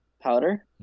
powder